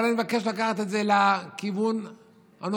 אבל אני מבקש לקחת את זה לכיוון נוסף.